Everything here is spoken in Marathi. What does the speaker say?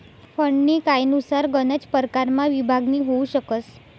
फंडनी कायनुसार गनच परकारमा विभागणी होउ शकस